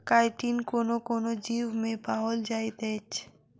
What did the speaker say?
chitin कोनो कोनो जीवमे पाओल जाइत अछि